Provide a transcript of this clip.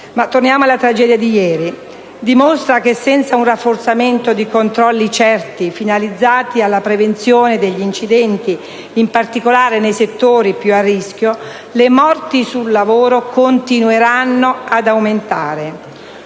Ma torniamo alla tragedia di ieri. Essa dimostra che senza un rafforzamento dì controlli certi, finalizzati alla prevenzione degli incidenti, in particolare nei settori più a rischio, le morti sul lavoro continueranno ad aumentare.